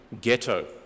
ghetto